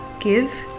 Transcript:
Give